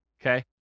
okay